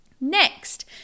Next